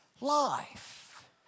life